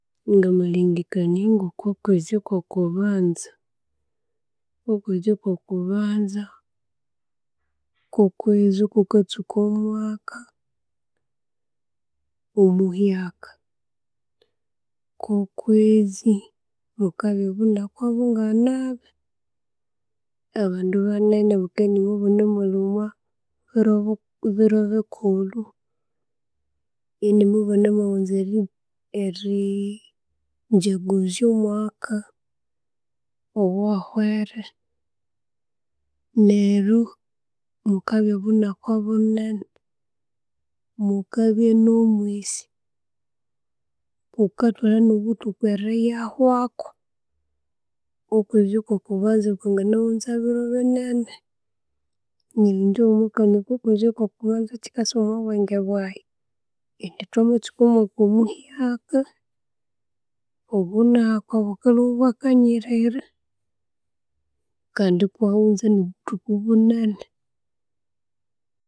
Ngamalengekania ngokwa kwezi kwo'kubanza, okwenzi kwoku banza kwo kwezi okukatsuka omwaka omuhyakha, kwo kwezi mukabya obunakwa bunganabi. Abandu banene bakabya inumubamalya omwo biro biro bikhulhu, inomo baanamaghunza erib erii jaguzya omwaka owahwere neryu mukabya obunakwa bunene, mukabya no'omwesi, bukatwalha no'obuthuku eriyahwaku. Okwezi okwokubanza kwangana ghunza biro bineene. Neryu ingye wamakania okwa kwezi kwokubanza echikassa omwa bwenge bwaghi, indi twamatsuka omwaka muhyaka, obunakwa bukalwa bwakanyirira, kandi ibwaghunza no'obuthuku bunene.